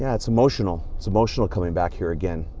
yeah it's emotional. it's emotional coming back here again,